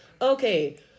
okay